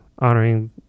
honoring